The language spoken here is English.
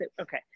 okay